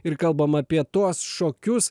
ir kalbam apie tuos šokius